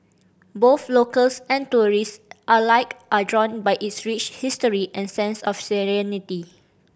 both locals and tourist alike are drawn by its rich history and sense of serenity